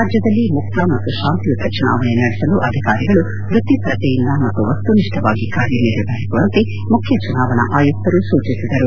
ರಾಜ್ಯದಲ್ಲಿ ಮುಕ್ತ ಮತ್ತು ಶಾಂತಿಯುತ ಚುನಾವಣೆ ನಡೆಸಲು ಅಧಿಕಾರಿಗಳು ವೃತ್ತಿಪರತೆಯಿಂದ ಮತ್ತು ವಸ್ತುನಿಷ್ಠವಾಗಿ ಕಾರ್ಯನಿರ್ವಹಿಸುವಂತೆ ಮುಖ್ಯ ಚುನಾವಣಾ ಆಯುಕ್ತರು ಸೂಚಿಸಿದರು